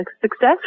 success